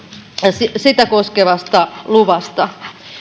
sitä sitä koskevasta luvasta